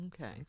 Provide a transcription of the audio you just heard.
Okay